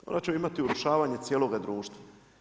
Onda ćemo imati urušavanje cijeloga društva.